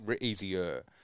easier